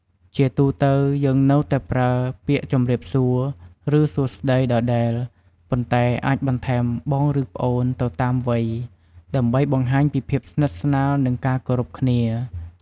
ជាទូទៅ យើងនៅតែប្រើពាក្យ "ជម្រាបសួរ" ឬ "សួស្តី" ដដែល ប៉ុន្តែអាចបន្ថែម "បង" ឬ "ប្អូន" ទៅតាមវ័យ ដើម្បីបង្ហាញពីភាពស្និទ្ធស្នាល និងការគោរពគ្នា។